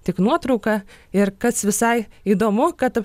tik nuotrauka ir kas visai įdomu kad